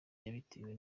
yabitewe